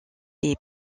est